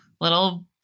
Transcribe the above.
little